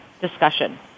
discussion